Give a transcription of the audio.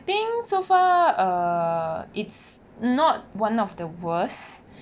think so far uh it's not one of the worst